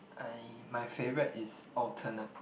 I my favorite is alternate